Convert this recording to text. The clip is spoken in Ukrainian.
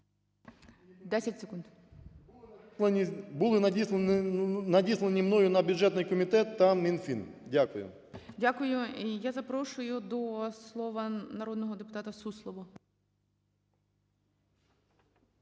Дякую. І я запрошую до слова народного депутата Суслову.